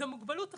זו מוגבלות אחרת,